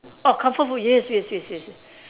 oh comfort food yes yes yes yes